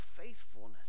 faithfulness